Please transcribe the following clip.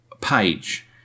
page